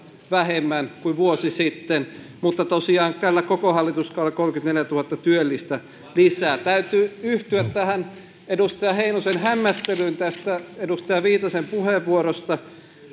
vähemmän kuin vuosi sitten mutta tosiaan tällä koko hallituskaudella kolmekymmentäneljätuhatta työllistä lisää täytyy yhtyä edustaja heinosen hämmästelyyn edustaja viitasen puheenvuorosta